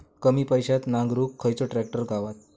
कमी पैशात नांगरुक खयचो ट्रॅक्टर गावात?